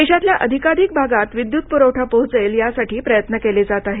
देशातल्या अधिकाधिक भागात विद्युत पुरवठा पोहोचेल यासाठी प्रयत्न केले जात आहेत